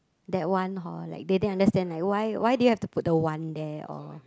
that one hor like they didn't understand like why why do you have to put the one there or